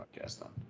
podcast